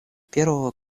первого